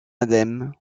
indemne